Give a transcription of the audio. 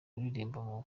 uririmba